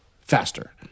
faster